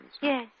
yes